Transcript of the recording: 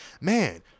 man